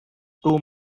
two